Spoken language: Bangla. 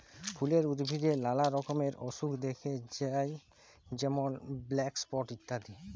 ফুলের উদ্ভিদে লালা রকমের অসুখ দ্যাখা যায় যেমল ব্ল্যাক স্পট ইত্যাদি